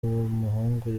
muhungu